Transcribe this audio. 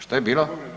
Što je bilo?